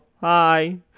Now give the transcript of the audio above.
Hi